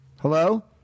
Hello